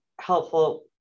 helpful